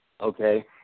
okay